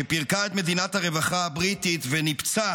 שפירקה את מדינת הרווחה הבריטית וניפצה